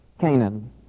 Canaan